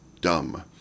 dumb